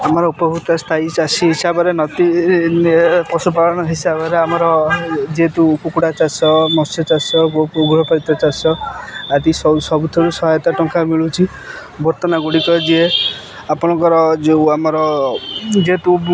ଆମର ଉପଭୁକ୍ତ ସ୍ଥାୟୀ ଚାଷୀ ହିସାବରେ ନଦୀ ପଶୁପାଳନ ହିସାବରେ ଆମର ଯେହେତୁ କୁକୁଡ଼ା ଚାଷ ମତ୍ସ୍ୟ ଚାଷ ଗୃହପାଳିତ ଚାଷ ଆଦି ସବୁଥୁରୁ ସହାୟତା ଟଙ୍କା ମିଳୁଛି ବର୍ତ୍ତମାନ ଗୁଡ଼ିକ ଯିଏ ଆପଣଙ୍କର ଯେଉଁ ଆମର ଯେହେତୁ